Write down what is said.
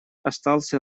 остался